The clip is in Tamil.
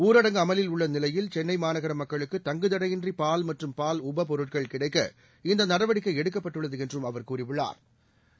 ஊரடங்கு அமலில் உள்ள நிலையில் சென்னை மாநகர மக்களுக்கு தங்குத்தடையின்றி பால் மற்றும் பால் உபபொருட்கள் கிடைக்க இந்த நடவடிக்கை எடுக்கப்பட்டுள்ளது என்றும் அவா் கூறியுள்ளாா்